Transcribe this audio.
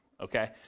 okay